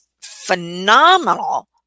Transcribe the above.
phenomenal